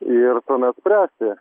ir tuomet spręsti